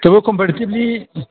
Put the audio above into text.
थेवबो कफ्यारिटिबनि